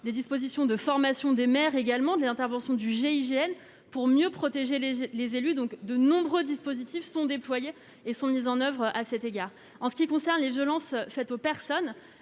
des dispositions de formation des maires également des intervention du GIGN pour mieux protéger les les élus, donc de nombreux dispositifs sont déployés et sont mises en oeuvre à cet égard, en ce qui concerne les violences faites aux personnes,